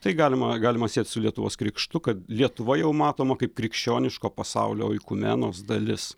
tai galima galima siet su lietuvos krikštu kad lietuva jau matoma kaip krikščioniško pasaulio oikumenos dalis